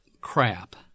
crap